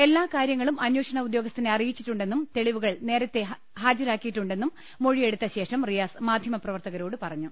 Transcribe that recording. എല്ലാ കാര്യങ്ങളും അന്വേഷണ ഉദ്യോ ഗസ്ഥനെ അറിയിച്ചിട്ടുണ്ടെന്നും തെളിവുകൾ നേരത്തെ ഹാജരാ ക്കിയിട്ടു ണ്ടെന്നും മൊഴിയെടുത്ത ശേഷം റിയാസ് മാധ്യമപ്രവർത്തകരോട് പറഞ്ഞു